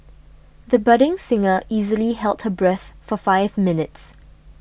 the budding singer easily held her breath for five minutes